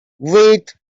with